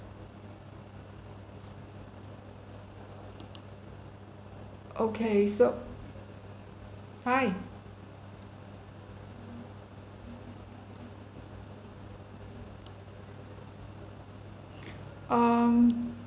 okay so fine um